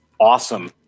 awesome